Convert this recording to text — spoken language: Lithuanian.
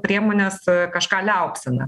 priemonės kažką liaupsina